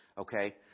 Okay